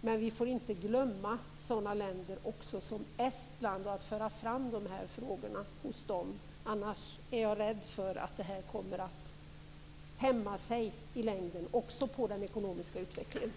Men vi får inte glömma sådana länder som Estland och att föra fram dessa frågor hos dem. Annars är jag rädd för att det kommer att hämma sig i längden också på den ekonomiska utvecklingen.